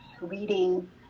reading